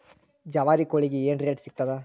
ಜವಾರಿ ಕೋಳಿಗಿ ಏನ್ ರೇಟ್ ಸಿಗ್ತದ?